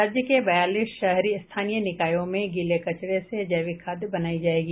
राज्य के बयालीस शहरी स्थानीय निकायों में गीले कचरे से जैविक खाद बनायी जायेगी